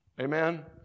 Amen